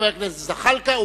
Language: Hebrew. חבר הכנסת זחאלקה,